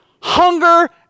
hunger